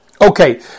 Okay